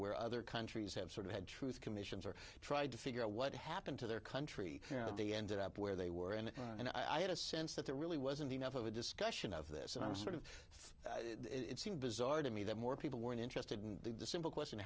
where other countries have sort of had truth commissions or tried to figure out what happened to their country that they ended up where they were and i had a sense that there really wasn't enough of a discussion of this and i was sort of it seemed bizarre to me that more people weren't interested in the simple question